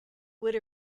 would